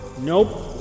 Nope